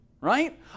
Right